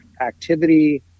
activity